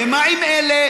אתם מבינים טוב